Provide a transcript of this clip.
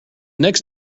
next